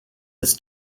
his